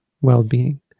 well-being